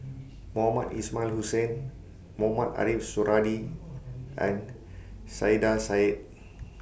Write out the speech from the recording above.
Mohamed Ismail Hussain Mohamed Ariff Suradi and Saiedah Said